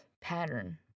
pattern